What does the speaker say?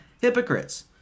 Hypocrites